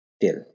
till